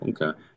okay